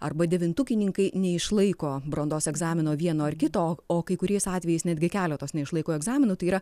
arba devintukininkai neišlaiko brandos egzamino vieno ar kito o i kai kuriais atvejais netgi keletos neišlaiko egzaminų tai yra